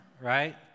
right